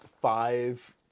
Five